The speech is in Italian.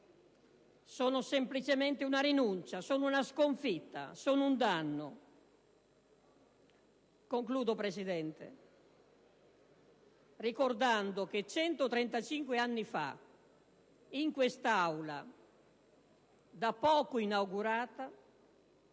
sono semplicemente una rinuncia, sono una sconfitta, sono un danno. Concludo, signor Presidente, ricordando che 135 anni fa in quest'Aula, da poco inaugurata,